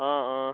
অঁ অঁ